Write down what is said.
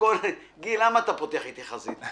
גיל, למה אתה פותח איתי חזית?